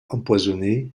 empoisonnée